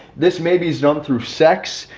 this may be done through sex.